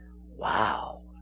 wow